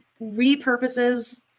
repurposes